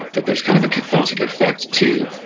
that there is kind of a cathartic effect to,